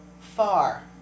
far